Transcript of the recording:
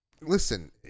listen